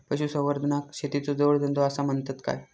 पशुसंवर्धनाक शेतीचो जोडधंदो आसा म्हणतत काय?